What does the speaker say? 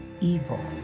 evil